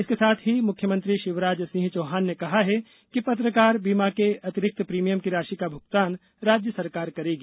इसके साथ ही मुख्यमंत्री शिवराज सिंह चौहान ने कहा है कि पत्रकार बीमा के अतिरिक्त प्रीमियम की राशि का भुगतान राज्य सरकार करेगी